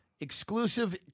Exclusive